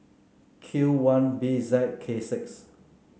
Q one B Z K six